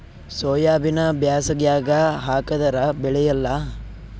ಸೋಯಾಬಿನ ಬ್ಯಾಸಗ್ಯಾಗ ಹಾಕದರ ಬೆಳಿಯಲ್ಲಾ?